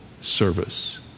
service